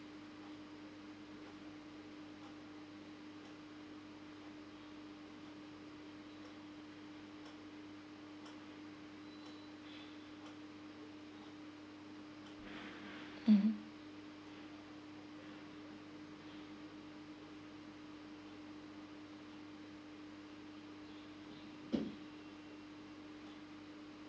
mmhmm